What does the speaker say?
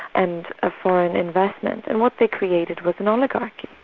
and of foreign investment, and what they created was an oligarchy.